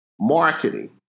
marketing